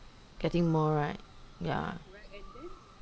getting more right yeah